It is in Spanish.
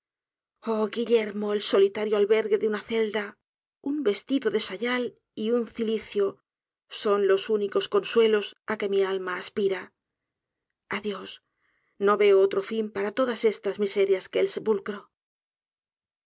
el solitario albergue de una celda un vestido de sayal y un cilicio son los únicos consuelos á que mi alma aspira adiós no veo otro fin para todas estas miserias que el sepulcro